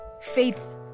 Faith